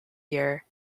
year